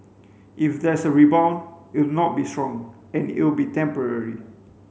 if there's a rebound it'll not be strong and it'll be temporary